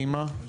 דימה.